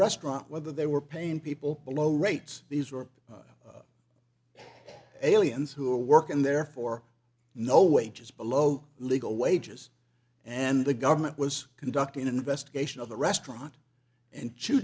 restaurant whether they were paying people below rates these were aliens who were working there for no wages below legal wages and the government was conducting an investigation of the restaurant and